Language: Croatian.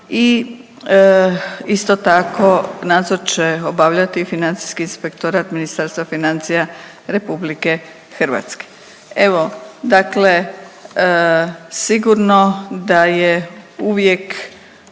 i isto tako nadzor će obavljati Financijski inspektorat Ministarstva financija RH. Evo, dakle sigurno da je uvijek